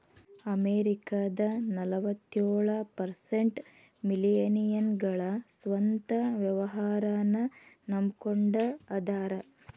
ಅಮೆರಿಕದ ನಲವತ್ಯೊಳ ಪರ್ಸೆಂಟ್ ಮಿಲೇನಿಯಲ್ಗಳ ಸ್ವಂತ ವ್ಯವಹಾರನ್ನ ನಂಬಕೊಂಡ ಅದಾರ